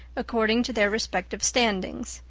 according to their respective standings.